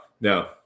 no